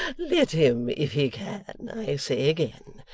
let him if he can, i say again.